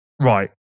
Right